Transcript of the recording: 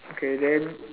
okay then